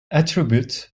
attribute